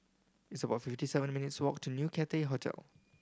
it's about fifty seven minutes' walk to New Cathay Hotel